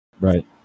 Right